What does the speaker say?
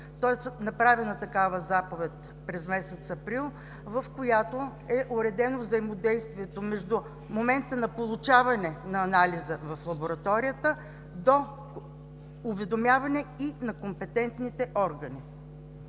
органи, е издадена заповед от месец април, в която е уредено взаимодействието между момента на получаване на анализа от лабораторията до уведомяване на компетентните органи.